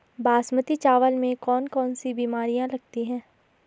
बासमती चावल में कौन कौन सी बीमारियां लगती हैं?